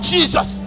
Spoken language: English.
Jesus